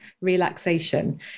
relaxation